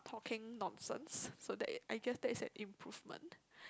talking nonsense so that I guess that is an improvement